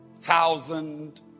thousand